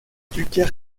tucker